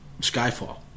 Skyfall